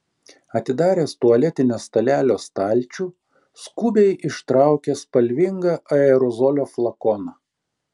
atidaręs tualetinio stalelio stalčių skubiai ištraukė spalvingą aerozolio flakoną